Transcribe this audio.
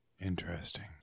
Interesting